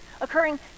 occurring